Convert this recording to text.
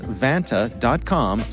vanta.com